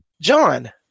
John